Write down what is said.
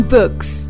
Books